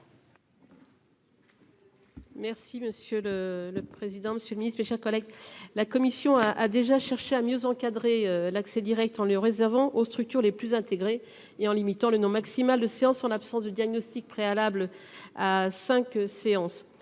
Merci monsieur le président, monsieur le ministre, chers collègues. La commission a a déjà cherché à mieux encadrer l'accès Direct en le réservant aux structures les plus intégrée et en limitant le nom maximal de séance en l'absence de diagnostic préalable à 5 séances.